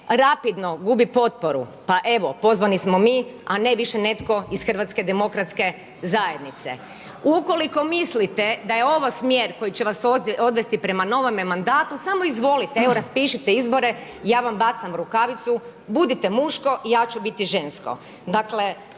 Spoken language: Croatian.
rapidno gubi potporu, pa evo pozvani smo mi, a ne više netko iz HDZ-a. Ukoliko mislite da je ovo smjer koji će vas odvesti prema novome mandatu, samo izvalite, evo raspišite izbore, ja vam bacam rukavicu, budite muško i ja ću biti žensko.